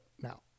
Now